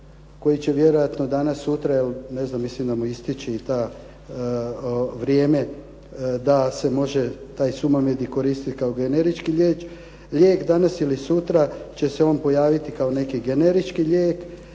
koji će vjerojatno danas sutra, jel' ne znam mislim da mu istječe vrijeme da se može taj Sumamed koristiti kao generički lijek, danas ili sutra će se on pojaviti kao neki generički lijek